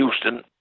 Houston